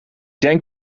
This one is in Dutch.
denk